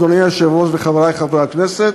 אדוני היושב-ראש וחברי חברי הכנסת,